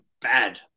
bad